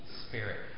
Spirit